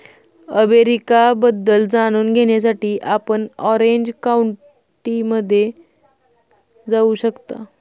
arabica बद्दल जाणून घेण्यासाठी आपण ऑरेंज काउंटीमध्ये जाऊ शकता